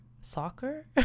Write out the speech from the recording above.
Soccer